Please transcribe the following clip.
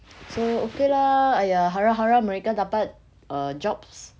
so okay lah !aiya! harap-harap mereka dapat err jobs